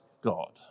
God